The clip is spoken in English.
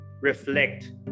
reflect